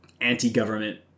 anti-government